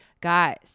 Guys